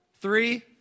Three